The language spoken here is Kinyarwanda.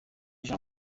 jean